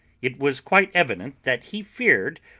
it was quite evident that he feared,